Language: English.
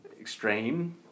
extreme